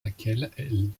laquelle